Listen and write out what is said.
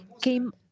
came